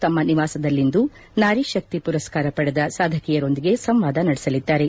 ತಮ್ಮ ನಿವಾಸದಲ್ಲಿಂದು ನಾರಿ ಶಕ್ತಿ ಪುರಸ್ಕಾರ ಪಡೆದ ಸಾಧಕಿಯರೊಂದಿಗೆ ಸಂವಾದ ನಡೆಸಿದ್ದಾರೆ